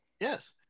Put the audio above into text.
Yes